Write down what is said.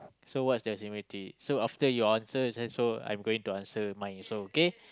so what's the similarity so after your answer then so I'm going to answer mine also okay